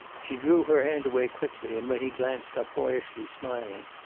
she drew her hand away quickly, and when he glanced up, boyishly smiling,